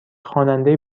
خواننده